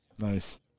Nice